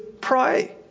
pray